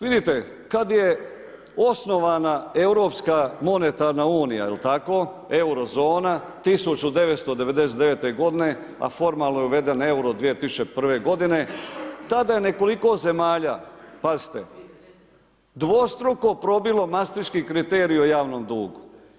Vidite, kada je osnovana Europska monetarna unija, jel tako, Euro zona 1999. godine, a formalno je uveden EURO 2001.-ve godine, tada je nekoliko zemalja, pazite, dvostruko probilo mastriški kriterij o javnom dugu.